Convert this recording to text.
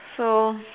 so